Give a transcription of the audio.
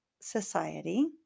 Society